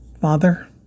Father